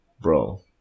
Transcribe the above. bro